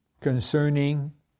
concerning